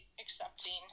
accepting